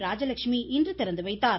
ராஜலெட்சுமி இன்று திறந்து வைத்தார்